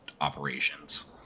operations